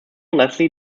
leslie